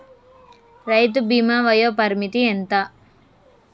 రైతు బీమా వయోపరిమితి ఎంత?